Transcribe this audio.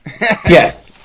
yes